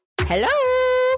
Hello